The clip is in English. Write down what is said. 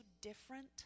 different